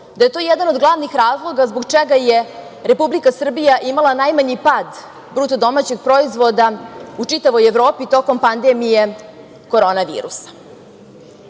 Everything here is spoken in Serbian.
da je to jedan od glavnih razloga zbog čega je Republika Srbija imala najmanji pad bruto domaćeg proizvoda u čitavoj Evropi tokom pandemije korona virusa. Ovim